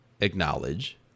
acknowledge